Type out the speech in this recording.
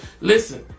Listen